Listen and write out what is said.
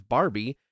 Barbie